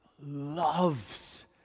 loves